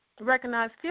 recognized